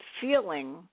feeling